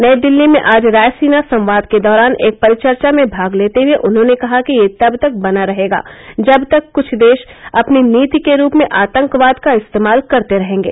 नई दिल्ली में आज रायसीना संवाद के दौरान एक परिचर्चा में भाग लेते हुए उन्होंने कहा कि यह तब तक बना रहेगा जब तक कुछ देश अपनी नीति के रूप में आतंकवाद का इस्तेमाल करते रहेंगे